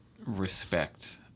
respect